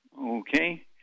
Okay